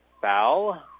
foul